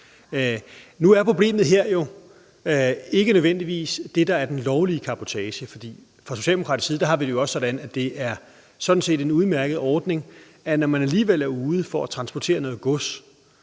Nu er problemet her ikke nødvendigvis det, der er den lovlige cabotagekørsel, for fra socialdemokratisk side har vi det jo også sådan, at det sådan set er en udmærket ordning, at man, når man alligevel er ude for at transportere noget gods,